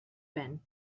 been